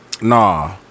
Nah